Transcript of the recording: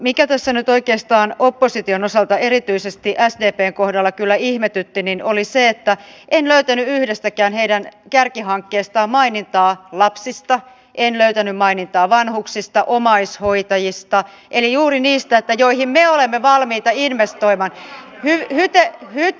mikä tässä nyt oikeastaan opposition osalta erityisesti sdpn kohdalla kyllä ihmetytti oli se että en löytänyt yhdestäkään heidän kärkihankkeestaan mainintaa lapsista en löytänyt mainintaa vanhuksista omaishoitajista eli juuri niistä joihin me olemme valmiita investoimaan